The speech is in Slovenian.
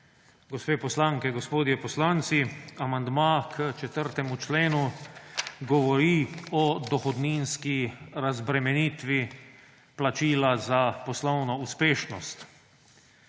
Gospe poslanke, gospodje poslanci! Amandma k 4. členu govori o dohodninski razbremenitvi plačila za poslovno uspešnost.